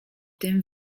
tym